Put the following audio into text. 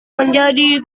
menjadi